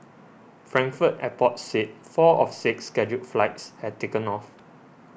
frankfurt airport said four of six scheduled flights had taken off